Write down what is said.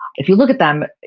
if you look at them,